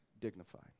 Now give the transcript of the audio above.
dignified